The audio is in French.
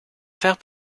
faire